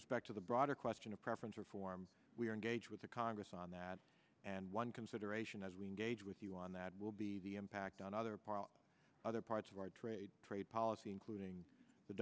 respect to the broader question of preference reform we are engaged with the congress on that and one consideration as we engage with you on that will be the impact on other parts other parts of our trade trade policy including the